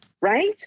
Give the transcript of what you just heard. right